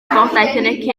wybodaeth